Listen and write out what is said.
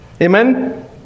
amen